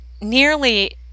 nearly